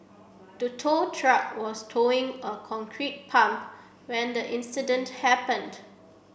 the tow truck was towing a concrete pump when the incident happened